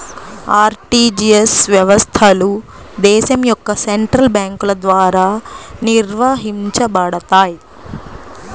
RTGS వ్యవస్థలు దేశం యొక్క సెంట్రల్ బ్యేంకుల ద్వారా నిర్వహించబడతయ్